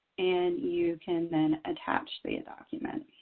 and you can then attach the document